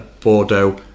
Bordeaux